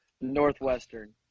Northwestern